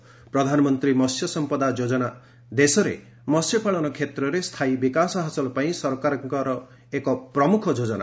ପ୍ରଧାନମନ୍ତ୍ରୀ ମହ୍ୟ ସମ୍ପଦା ଯୋଜନା ଦେଶରେ ମହ୍ୟପାଳନ କ୍ଷେତ୍ରରେ ସ୍ଥାୟୀ ବିକାଶ ହାସଲ ପାଇଁ ସରକାରଙ୍କର ଏକ ପ୍ରମ୍ରଖ ଯୋଜନା